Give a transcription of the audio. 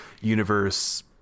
universe